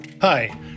Hi